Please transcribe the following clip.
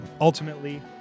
Ultimately